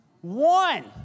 one